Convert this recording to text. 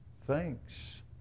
thanks